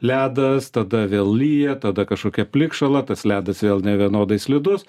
ledas tada vėl lyja tada kažkokia plikšala tas ledas vėl nevienodai slidus